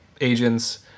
agents